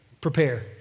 prepare